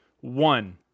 one